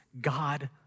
God